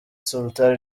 sultan